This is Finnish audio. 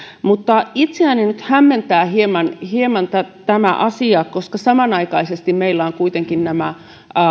mutta itseäni nyt hämmentää hieman hieman tämä asia koska samanaikaisesti meillä on kuitenkin nämä